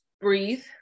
breathe